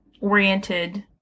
oriented